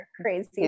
crazy